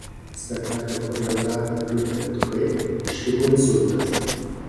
spektaklio choreografę birutę letukaitę ištiko insultas